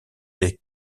les